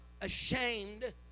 ashamed